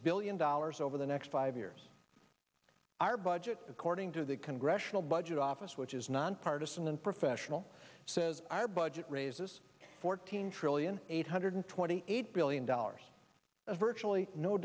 billion dollars over the next five years our budget according to the congressional budget office which is nonpartisan and professional says our budget raises fourteen trillion eight hundred twenty eight billion dollars of virtually no